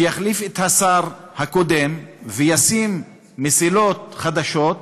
שיחליף את השר הקודם וישים מסילות חדשות,